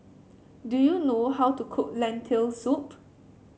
do you know how to cook Lentil Soup